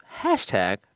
Hashtag